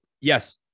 yes